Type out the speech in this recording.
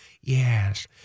Yes